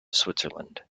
switzerland